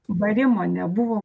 barimo nebuvo